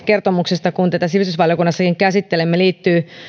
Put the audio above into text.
kertomuksesta kun tätä sivistysvaliokunnassakin käsittelimme liittyy